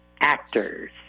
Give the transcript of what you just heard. actors